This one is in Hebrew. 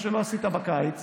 מה שלא עשית בקיץ,